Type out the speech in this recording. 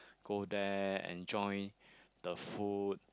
go there enjoy the food